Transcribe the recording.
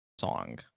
song